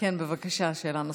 כן, בבקשה, שאלה נוספת.